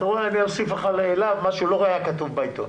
אני אוסיף מה שלא היה כתוב בעיתון.